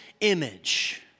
image